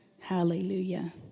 Hallelujah